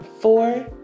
four